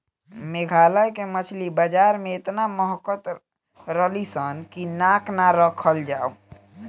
मेघालय के मछली बाजार में एतना महकत रलीसन की नाक ना राखल जाओ